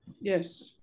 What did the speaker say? Yes